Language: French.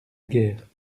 guerre